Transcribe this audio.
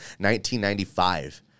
1995